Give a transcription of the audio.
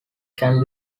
can